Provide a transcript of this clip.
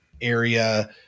area